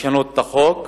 לשנות את החוק.